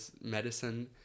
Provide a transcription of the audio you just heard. medicine